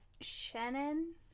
shannon